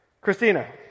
Christina